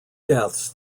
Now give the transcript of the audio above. deaths